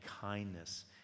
kindness